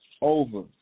over